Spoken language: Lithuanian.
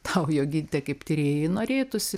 tau joginte kaip tyrėjai norėtųsi